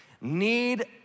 need